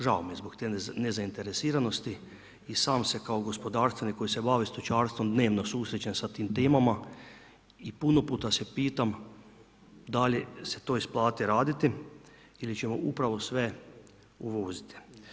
Žao mi je zbog te nezainteresiranosti i sam se kao gospodarstvenik koji se bavi stočarstvom dnevno susrećem sa tim temama i puno puta se pitam da li se to isplati raditi ili ćemo upravo sve uvoziti.